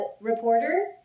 reporter